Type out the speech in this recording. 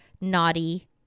naughty